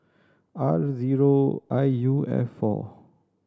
R zero I U F four